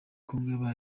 kongo